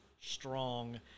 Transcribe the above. Strong